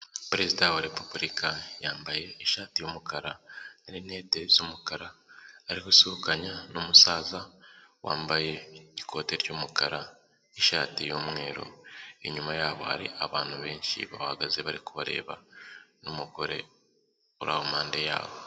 Perezida wa Repubulika yambaye ishati, y'umukara na rinete z'umukara, ari gusuhukanya n'umusaza wambaye ikote ry'umukara, ishati y'umweru, inyuma yabo hari abantu benshi bahahagaze bari kubareba, n'umugore uri aho impande yabo.